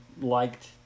liked